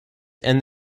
and